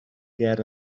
ger